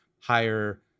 higher